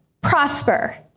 prosper